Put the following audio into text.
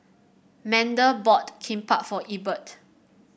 Manda bought Kimbap for Ebert